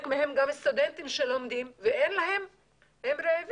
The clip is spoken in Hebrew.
מהם גם סטודנטים שלומדים והם רעבים.